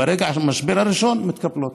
וברגע המשבר הראשון מתקפלות.